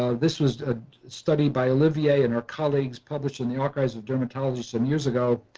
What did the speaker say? ah this was a study by olivier and her colleagues published in the archives of dermatology some years ago.